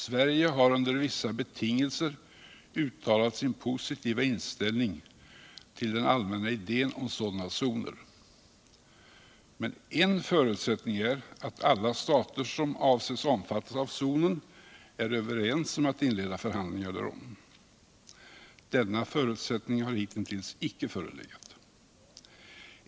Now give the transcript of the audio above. Sverige har under vissa betingelser uttalat sin positiva inställning ull den allmänna idén om sådana zoner. Men en förutsättning är att alla stater som avses omfattas av zonen är överens om att inleda förhandlingar härom. Denna förutsättning har hitills icke förelegat.